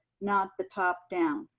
not the top down.